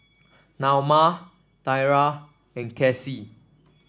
Naoma Thyra and Casie